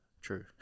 true